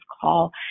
call